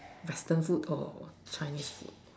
Western food or Chinese food